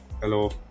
Hello